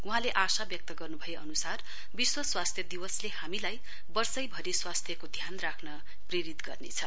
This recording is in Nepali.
वहाँले आशा व्यक्त गर्नु भए अनुसार विश्व स्वास्थ्य दिवसले हामीलाई वर्षे भरि स्वास्थ्यको ध्यान राख्न प्रेरित गर्नेछ